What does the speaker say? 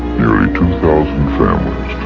nearly two thousand families